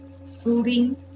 soothing